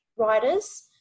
Writers